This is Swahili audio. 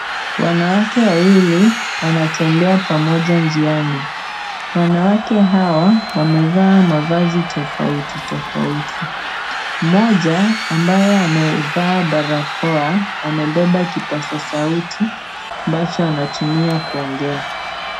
Wanawake wawili wanatembea pamoja njiani. Wanawake hawa wamevaa mavazi tofauti tofauti. Mmoja, ambaye amevaa barakoa, amebeba kipasa sauti ambacho anatumia kuongea.